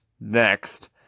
Next